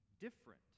different